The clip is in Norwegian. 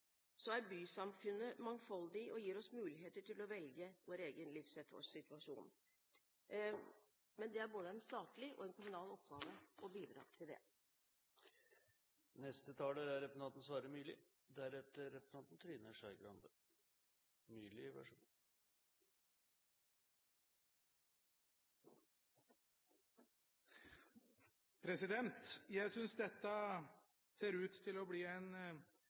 er bysamfunnet mangfoldig og gir oss muligheter til å velge vår egen livssituasjon. Men det er både en statlig og en kommunal oppgave å bidra til